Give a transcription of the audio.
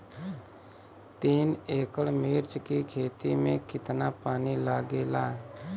तीन एकड़ मिर्च की खेती में कितना पानी लागेला?